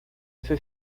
ese